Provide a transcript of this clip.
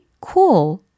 cool